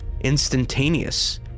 instantaneous